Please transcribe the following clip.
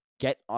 get